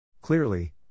Clearly